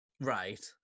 Right